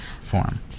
form